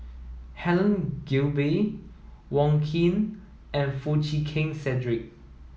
Helen Gilbey Wong Keen and Foo Chee Keng Cedric